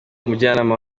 umujyanama